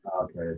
Okay